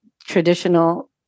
traditional